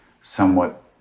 somewhat